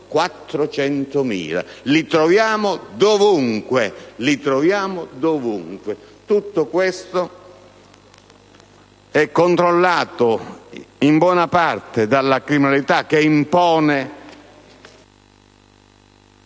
400.000, ripeto: le troviamo ovunque. Tutto questo è controllato in buona parte dalla criminalità, che impone